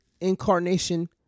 incarnation